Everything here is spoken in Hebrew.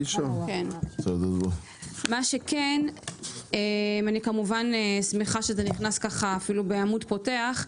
מה שכן, אני שמחה שזה נכנס בעמוד פותח,